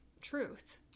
truth